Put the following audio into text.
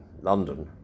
London